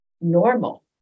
normal